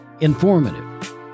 Informative